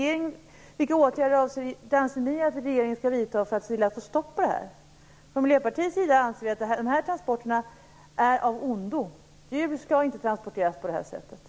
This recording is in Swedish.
Om inte, vilka åtgärder anser ni att regeringen skall vidta för att få stopp på det här? Från Miljöpartiets sida anser vi att de här transporterna är av ondo. Djur skall inte transporteras på det här sättet.